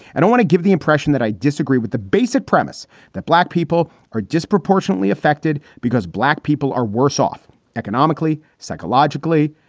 i don't want to give the impression that i disagree with the basic premise that black people are disproportionately affected because black people are worse off economically, psychologically,